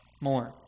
more